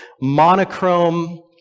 monochrome